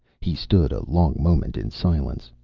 he stood a long moment in silence,